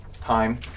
time